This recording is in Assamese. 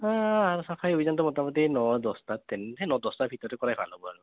চাফাই অভিযানটো মোটামুটি ন দহটাত তেনে সেই ন দহটাৰ ভিতৰতে কৰাই ভাল হ'ব